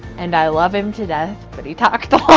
and i love him to death but he talked